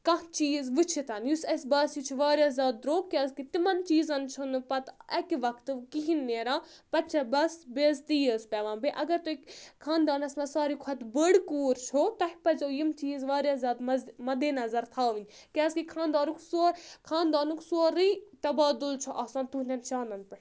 کانٛہہ چیٖز وٕچھِتھ یُس اَسہِ باسہِ یہِ چھُ واریاہ زیادٕ درٛوگ کیازکہِ تِمَن چیٖزَن چھُ نہٕ پَتہٕ اَکہِ وقتہٕ کِہنۍ نیران پَتہٕ چھَ بَس بیزتی یٲژۍ پیٚوان بیٚیہِ اگر تۄہہِ خاندانَس منٛز ساروی کھۄتہٕ بٔڑ کوٗر چھو تۄہہِ پَزیو یِم چیٖز واریاہ زیادٕ مَز مَدے نظر تھاوٕنۍ کیٛازِکہِ خاندارُک سور خاندانُک سورُے تبادُل چھُ آسان تُہنٛدؠن شانَن پؠٹھ